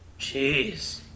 Jeez